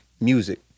music